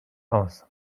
aus